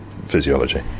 physiology